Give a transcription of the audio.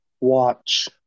watch